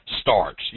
starts